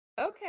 Okay